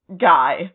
guy